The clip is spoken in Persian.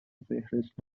فهرست